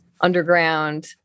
underground